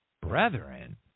brethren